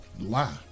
lie